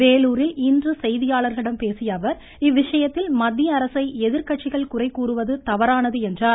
வேலூரில் இன்று செய்தியாளர்களிடம் பேசியஅவர் இவ்விஷயத்தில் மத்தியஅரசை எதிர்கட்சிகள் குறை கூறுவது தவறானது என்றார்